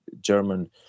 German